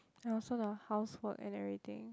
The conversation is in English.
oh so the housework and everything